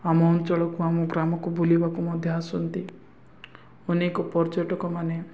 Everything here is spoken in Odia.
ଆମ ଅଞ୍ଚଳକୁ ଆମ ଗ୍ରାମକୁ ବୁଲିବାକୁ ମଧ୍ୟ ଆସନ୍ତି ଅନେକ ପର୍ଯ୍ୟଟକମାନେ